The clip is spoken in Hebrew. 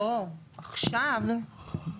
זה עניין טכני.